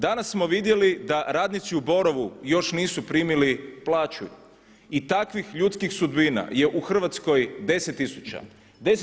Danas smo vidjeli da radnici u Borovu još nisu primili plaću i takvih ljudskih sudbina je u Hrvatskoj 10 tisuća.